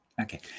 Okay